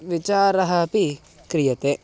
विचारः अपि क्रियते